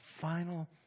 final